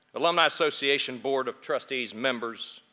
alumni association board of trustees members,